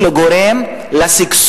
גורמים לנזק,